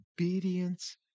obedience